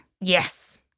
Yes